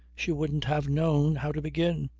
she wouldn't have known how to begin.